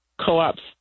co-ops